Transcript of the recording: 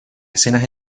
escenas